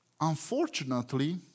Unfortunately